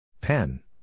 Pen